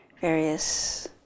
various